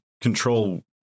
control